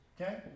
Okay